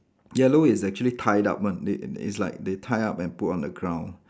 yellow is actually tied up one it it's like they tie up and put on the ground